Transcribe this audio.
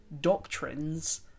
doctrines